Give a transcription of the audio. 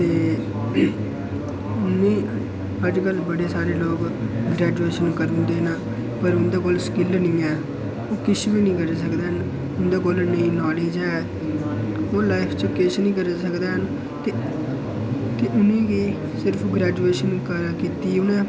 ते उ'नेंगी अजकल बड़े सारे लोक ग्रेजूएशन करे दे न पर उं'दे कोल स्किल निं ऐ ओह् किश बी निं करी सकदे है'न उं'दे कोल नेईं नाॅलेज़ ऐ ओह् लाईफ च किश नेईं करी सकदे है'न ते उ'नेंगी सिर्फ ग्रेजूएशन कीती उ'नें